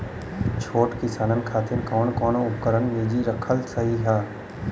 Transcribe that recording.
छोट किसानन खातिन कवन कवन उपकरण निजी रखल सही ह?